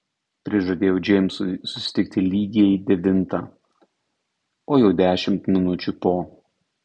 prižadėjau džeimsui susitikti lygiai devintą o jau dešimt minučių po